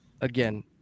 again